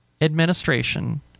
administration